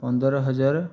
ପନ୍ଦର ହଜାର